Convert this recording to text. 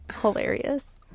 Hilarious